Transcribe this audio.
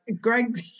Greg